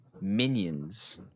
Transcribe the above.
minions